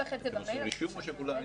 הסטודנטים, בבקשה.